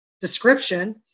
description